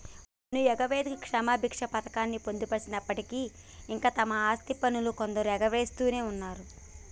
పన్ను ఎగవేతకి క్షమబిచ్చ పథకాన్ని పొడిగించినప్పటికీ ఇంకా తమ ఆస్తి పన్నును కొందరు ఎగవేస్తునే ఉన్నరు